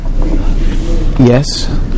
yes